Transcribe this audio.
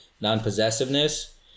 non-possessiveness